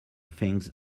things